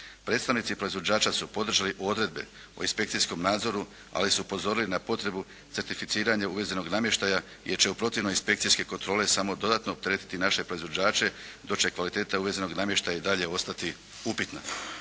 Predstavnici proizvođača su podržali odredbe o inspekcijskom nadzoru, ali su upozorili na potrebu certificiranja uvezenog namještaja jer će u protivnom inspekcijske kontrole samo dodatno opteretiti naše proizvođače, dok će kvaliteta uvezenog namještaja i dalje ostati upitna.